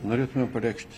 norėtumėm pareikšt